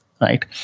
right